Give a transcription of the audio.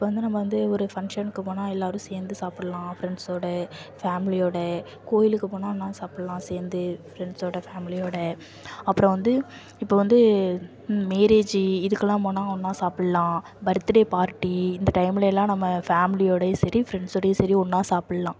இப்போ வந்து நம்ம வந்து ஒரு ஃபங்க்ஷனுக்கு போனால் எல்லோரும் சேர்ந்து சாப்பிட்லாம் ஃப்ரெண்ட்ஸோடு ஃபேமிலியோடு கோயிலுக்கு போனால் ஒன்றா சாப்பிட்லாம் சேர்ந்து ஃப்ரெண்ட்ஸோடு ஃபேமிலியோடு அப்புறம் வந்து இப்போ வந்து மேரேஜி இதுக்கெலாம் போனால் ஒன்றா சாப்பிட்லாம் பர்த்டே பார்ட்டி இந்த டைம்லேலாம் நம்ம ஃபேமிலியோடயும் சரி ஃப்ரெண்ட்ஸோடயும் சரி ஒன்றா சாப்பிட்லாம்